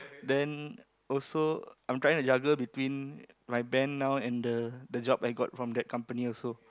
then also I'm trying to juggle between my band now and the the job I got from that company also